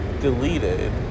deleted